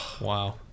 Wow